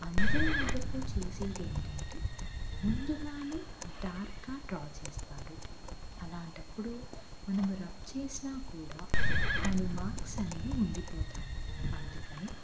అందరు మొదట్లో చేసేదేంటంటే ముందుగానే డార్క్గా డ్రా చేస్తారు అలాంటి అప్పుడు మనం రబ్ చేసినా కూడా దాని మార్క్స్ అనేవి ఉండిపోతాయి అందుకని